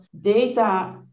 data